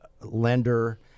lender